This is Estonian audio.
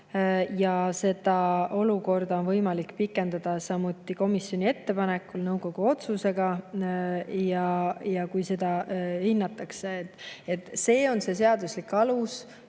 Ja seda olukorda on võimalik pikendada komisjoni ettepanekul nõukogu otsusega, kui nii hinnatakse. See on see seaduslik alus,